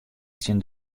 tsjin